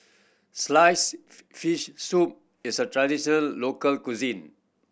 slice fish soup is a traditional local cuisine